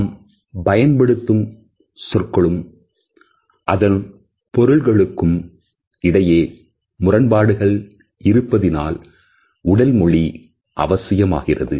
நாம் பயன்படுத்தும் சொற்களும் அதன்பொருள்களுக்கும் இடையே முரண்பாடுகள் இருப்பதினால் உடல் மொழி அவசியமாகிறது